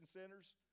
centers